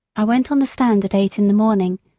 i went on the stand at eight in the morning,